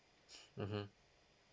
mmhmm